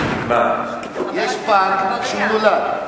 יש פג שהוא נולד,